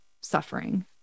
suffering